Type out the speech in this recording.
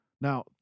Now